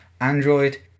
Android